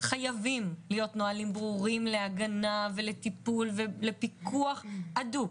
חייבים להיות נהלים ברורים להגנה ולטיפול ולפיקוח אדוק.